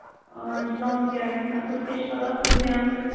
آ ڈِسکاوُنٛٹ کیٛاہ گژھِ اَتھ منٛز کیٛاہ چھُ پَتہٕ آسان زیننُے